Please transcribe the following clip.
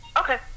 okay